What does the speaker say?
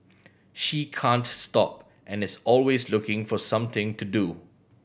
she can't stop and is always looking for something to do